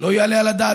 לא יעלה על הדעת.